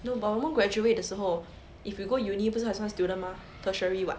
no but 我们 graduate 的时候 if you go uni 不是还算 student mah tertiary [what]